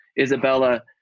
Isabella